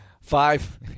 Five